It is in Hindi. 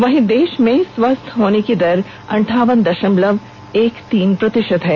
वहीं देश में स्वस्थ होने की दर अंठावन दशमलव एक तीन प्रतिशत है